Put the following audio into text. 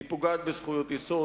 היא פוגעת בזכויות יסוד,